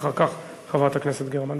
ואחר כך חברת הכנסת גרמן.